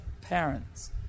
parents